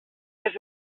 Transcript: des